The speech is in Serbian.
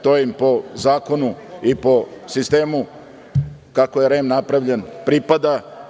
To im po zakonu i po sistemu kako je REM napravljen pripada.